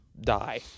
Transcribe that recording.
die